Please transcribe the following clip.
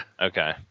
Okay